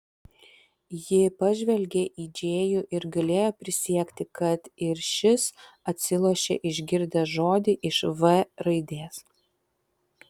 ji pažvelgė į džėjų ir galėjo prisiekti kad ir šis atsilošė išgirdęs žodį iš v raidės